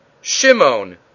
Shimon